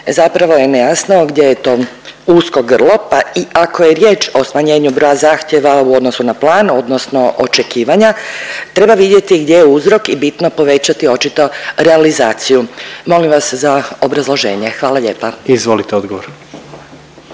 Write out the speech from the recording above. Zapravo je nejasno gdje je to usko grlo, pa i ako je riječ o smanjenju broja zahtjeva u odnosu na plan odnosno očekivanja treba vidjeti gdje je uzrok i bitno povećati očito realizaciju. Molim vas za obrazloženje. Hvala lijepa. **Jandroković,